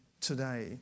today